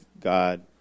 God